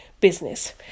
Business